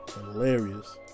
hilarious